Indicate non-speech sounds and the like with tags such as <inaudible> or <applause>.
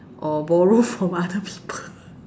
or borrow <laughs> from other people